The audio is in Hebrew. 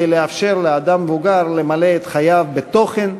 כדי לאפשר לאדם מבוגר למלא את חייו בתוכן,